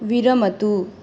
विरमतु